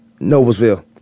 Noblesville